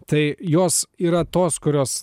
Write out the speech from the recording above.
tai jos yra tos kurios